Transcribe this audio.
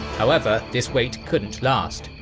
however, this wait couldn't last,